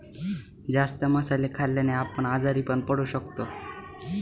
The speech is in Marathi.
जास्त मसाले खाल्ल्याने आपण आजारी पण पडू शकतो